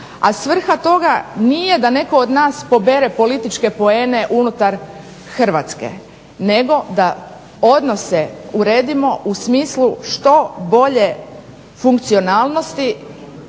A svrha toga nije da netko od nas pobere političke poene unutar Hrvatske, nego da odnose uredimo u smislu što bolje funkcionalnosti